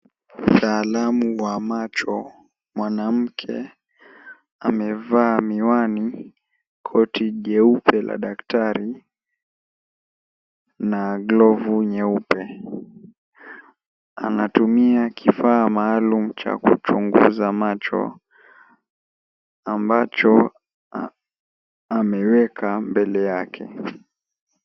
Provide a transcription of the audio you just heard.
Mtaalamu wa macho mwanamke amevaa koti jeupe ya daktari na glovu nyeupe anatumia kifaa maalum cha kuchunguza macho ambacho ameweka mbele yake.